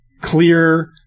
clear